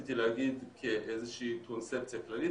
שרציתי להגיד כאיזה שהיא קונספציה כללית